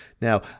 now